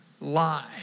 lie